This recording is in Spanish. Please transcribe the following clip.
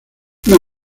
una